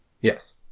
Yes